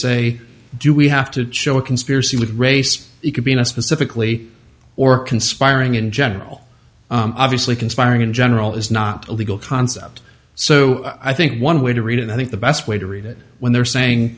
say do we have to show a conspiracy like race it could be in a specifically or conspiring in general obviously conspiring in general is not a legal concept so i think one way to read it i think the best way to read it when they're saying